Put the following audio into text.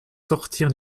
sortir